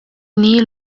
inhi